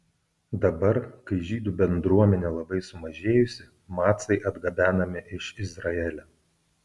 dabar kai žydų bendruomenė labai sumažėjusi macai atgabenami iš izraelio